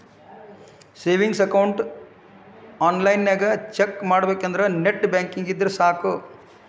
savings account ಆನ್ಲೈನ್ನ್ಯಾಗ check ಮಾಡಬೇಕಂದ್ರ net banking ಇದ್ರೆ ಸಾಕ್